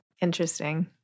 Interesting